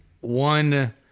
one